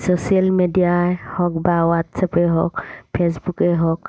social মিডিয়াই হওক বা হোৱাটছএপেই হওক ফে'চবুকেই হওক